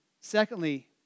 Secondly